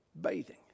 bathing